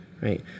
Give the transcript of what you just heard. right